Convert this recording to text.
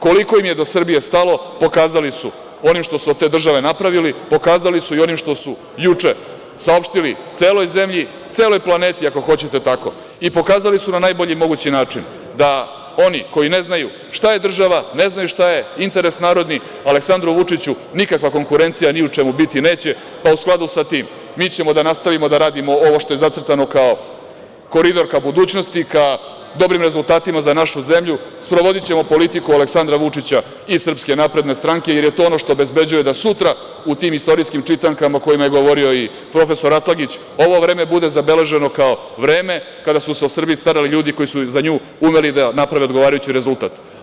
Koliko im je do Srbije stalo pokazali su onim što su od te države napravili, pokazali su i onim što su juče saopštili celoj zemlji, celoj planeti ako hoćete tako i pokazali su na najbolji mogući način da oni koji ne znaju šta je država, ne znaju šta je interes narodni, Aleksandru Vučiću nikakva konkurencija ni u čemu biti neće, pa u skladu sa tim mi ćemo da nastavimo da radimo ovo što je zacrtano kao koridor ka budućnosti, ka dobrim rezultatima za našu zemlju, sprovodićemo politiku Aleksandra Vučića i SNS, jer je to ono što obezbeđuje da sutra u tim istorijskim čitankama o kojima je govorio i profesor Atlagić, ovo vreme bude zabeleženo kao vreme kada su se o Srbiji starali ljudi koji su za nju umeli da naprave odgovarajući rezultat.